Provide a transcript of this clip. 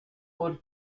por